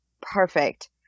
perfect